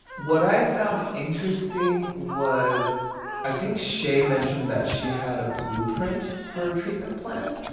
what i found interesting was i think shay mentioned that she had a blueprint for a treatment plan,